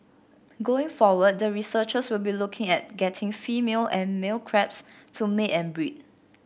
going forward the researchers will be looking at getting female and male crabs to mate and breed